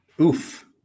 Oof